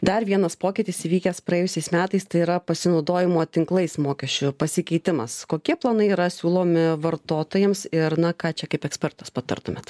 dar vienas pokytis įvykęs praėjusiais metais tai yra pasinaudojimo tinklais mokesčio pasikeitimas kokie planai yra siūlomi vartotojams ir na ką čia kaip ekspertas patartumėt